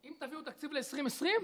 אם תביאו תקציב ל-2020?